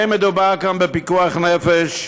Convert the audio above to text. לא מדובר כאן בפיקוח נפש,